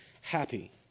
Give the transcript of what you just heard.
happy